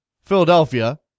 Philadelphia